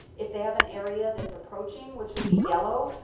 if they have an area that's approaching, which would be yellow,